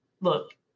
look